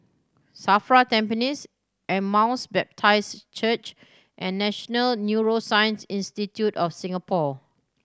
SAFRA Tampines Emmaus Baptist Church and National Neuroscience Institute of Singapore